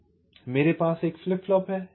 तो इसलिए मेरे पास एक फ्लिप फ्लॉप है